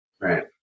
Right